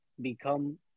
become